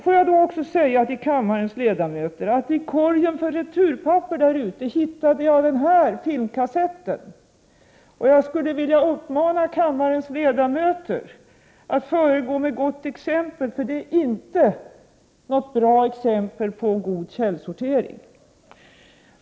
Får jag också säga kammarens ledamöter att jag i korgen för returpapper här ute hittade den filmkassett som jag nu visar. Jag skulle vilja uppmana kammarens ledamöter att föregå med gott exempel. Det här är inte något bra exempel på god källsortering.